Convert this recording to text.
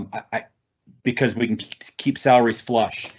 um i because we can keep salaries flush.